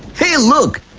hey, look!